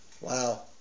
Wow